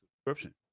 subscription